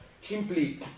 simply